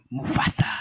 Mufasa